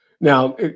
Now